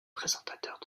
présentateurs